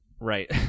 Right